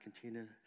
continue